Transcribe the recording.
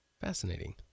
Fascinating